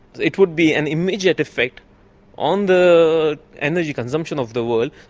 it would be an immediate effect on the energy consumption of the world,